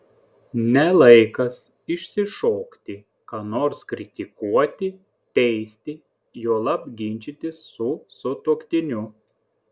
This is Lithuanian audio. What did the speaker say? ne laikas išsišokti ką nors kritikuoti teisti juolab ginčytis su sutuoktiniu